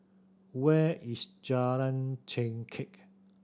where is Jalan Chengkek